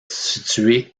situé